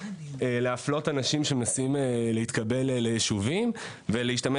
להפלות אנשים שמנסים להתקבל לישובים ולהשתמש